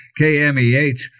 KMEH